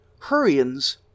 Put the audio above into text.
Hurrians